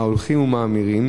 ההולכות ומאמירות